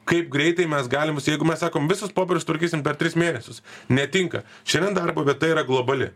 kaip greitai mes galim jeigu mes sakom visus popierius tvarkysim per tris mėnesius netinka šiandien darbo vieta yra globali